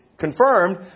confirmed